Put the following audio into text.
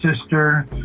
sister